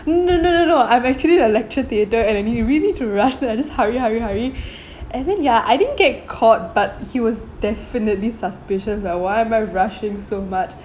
no no no no I'm actually at the lecture theatre and you really need to rush then I just hurry hurry hurry and then ya I didn't get caught but he was definitely suspicious like why am I rushing so much